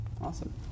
awesome